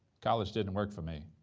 college didn't work for me.